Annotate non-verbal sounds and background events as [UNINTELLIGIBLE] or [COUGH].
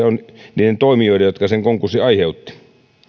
[UNINTELLIGIBLE] on niiden toimijoiden jotka sen konkurssin aiheuttivat